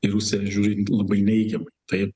į rusiją žiūri labai neigiamai taip